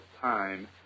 time